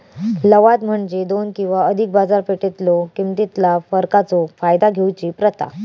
लवाद म्हणजे दोन किंवा अधिक बाजारपेठेतलो किमतीतला फरकाचो फायदा घेऊची प्रथा